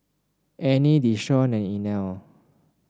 Annie Desean and Inell